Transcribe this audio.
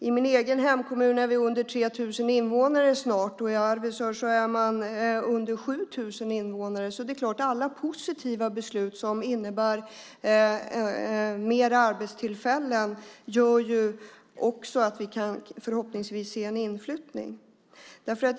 I min egen hemkommun är vi snart under 3 000 invånare, och i Arvidsjaur är man under 7 000 invånare, så alla positiva beslut som innebär fler arbetstillfällen gör att vi förhoppningsvis också kan se en inflyttning.